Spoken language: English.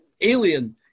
alien